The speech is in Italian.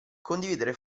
condividere